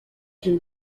can